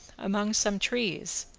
among some trees,